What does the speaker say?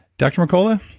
dr. mercola,